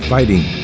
Fighting